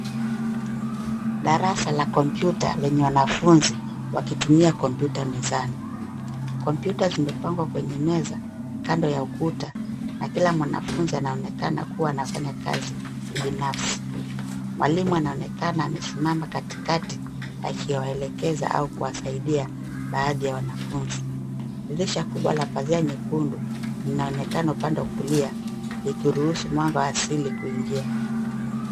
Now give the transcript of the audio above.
Darasa la kompyuta lenye wanafunzi wakitumia kompyuta mezani. Kompyuta zimepangwa kwenye meza kando ya ukuta na kila mwanafunzi anaonekana kuwa anafanya kazi kibinafsi. Mwalimu anaonekana amesimama katikati akiwaelekeza au kuwasaidia baadhi ya wanafunzi. Dirisha kubwa la pazia nyekundu linaonekana upande wa kulia likiruhusu mwanga wa asili kuingia.